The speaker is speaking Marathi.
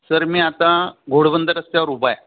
सर मी आता घोडबंदर रस्त्यावर उभा आहे